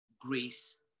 grace